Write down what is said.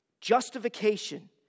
justification